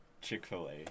chick-fil-a